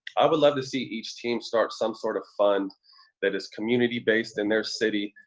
i would love to see each team start some sort of fund that is community-based in their city,